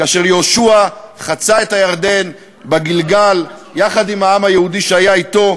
כאשר יהושע חצה את הירדן בגלגל יחד עם העם היהודי שהיה אתו.